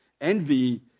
Envy